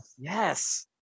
Yes